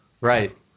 right